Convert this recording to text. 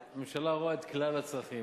הממשלה רואה את כלל הצרכים,